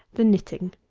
the knitting.